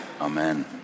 Amen